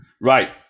Right